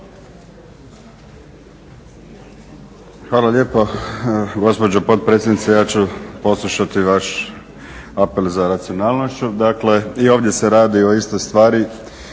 Hvala lijepa gospođo potpredsjednice. Ja ću poslušati vaš apel za racionalnošću. Dakle i ovdje se radi o istoj stvari,